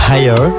Higher